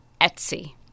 Etsy